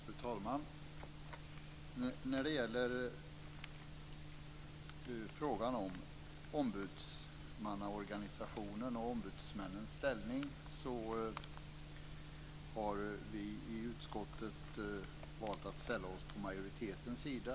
Fru talman! När det gäller frågan om ombudsmannaorganisationen och ombudsmännens ställning har vi valt att ställa oss på utskottsmajoritetens sida.